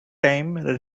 time